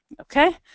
Okay